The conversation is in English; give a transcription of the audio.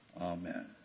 Amen